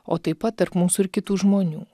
o taip pat tarp mūsų ir kitų žmonių